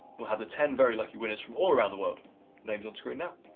we'll have the ten very lucky winners from all around the world names on screen now.